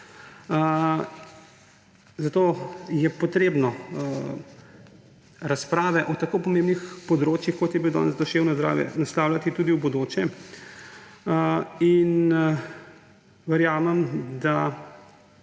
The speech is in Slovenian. Zato je potrebno razprave o tako pomembnih področjih, kot je bilo danes duševno zdravje, naslavljati tudi v bodoče in verjamem, da